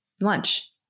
lunch